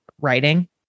writing